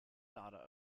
data